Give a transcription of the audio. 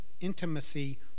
intimacy